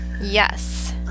Yes